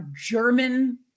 German